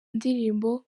indirimbo